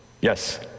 yes